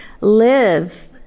live